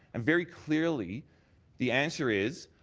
and very clearly the answer is